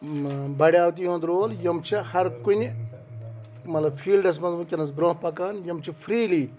بڈیٛو تہِ یِہُنٛد رول یِم چھِ ہرکُنہِ مطلب فیٖلڈَس منٛز وٕنکٮ۪نَس بروںٛہہ پَکان یِم چھِ فِرٛیٖلی